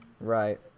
Right